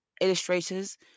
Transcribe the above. illustrators